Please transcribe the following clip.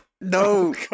No